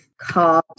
carbs